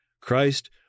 Christ